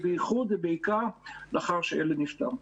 ובייחוד ובעיקר לאחר שהילד נפטר.